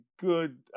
good